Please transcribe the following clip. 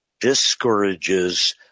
discourages